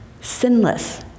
sinless